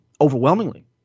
overwhelmingly